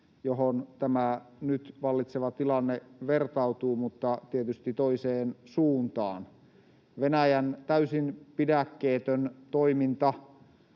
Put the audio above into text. johon tämä nyt vallitseva tilanne vertautuu mutta tietysti toiseen suuntaan. Venäjän täysin pidäkkeetön toiminta,